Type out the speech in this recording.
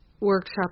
workshop